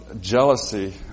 jealousy